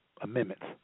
amendments